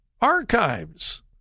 Archives